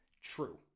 true